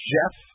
Jeff